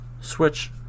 switch